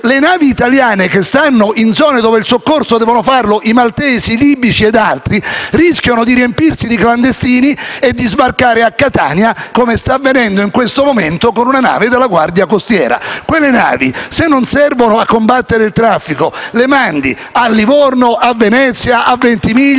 le navi italiane che stanno in zone in cui il soccorso deve essere fatto dai maltesi, dai libici e da altri, rischiano di riempirsi di clandestini e di sbarcare a Catania, come sta avvenendo in questo momento con una nave della Guardia costiera. Quelle navi, se non servono a combattere il traffico, le mandi a Livorno, a Venezia, a Ventimiglia